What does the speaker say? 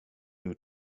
due